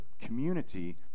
community